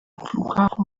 flughafen